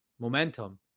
momentum